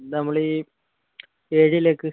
ഇത് നമ്മൾ ഈ ഏഴിലേക്ക്